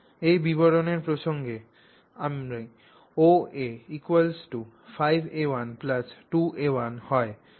এই বিবরণের প্রসঙ্গে আমরা OA 5a12a1 হয় তা দেখাতে সক্ষম হয়েছি